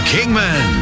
Kingman